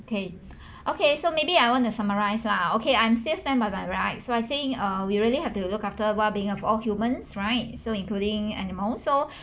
okay okay so maybe I want to summarize lah okay I'm still stand by my rights so I think uh we really have to look after well being of all humans right so including animal so